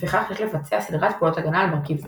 לפיכך יש לבצע סדרת פעולות הגנה על מרכיב זה.